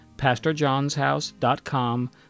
pastorjohnshouse.com